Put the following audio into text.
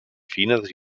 fines